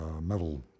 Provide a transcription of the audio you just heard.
metal